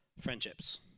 friendships